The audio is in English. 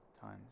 time's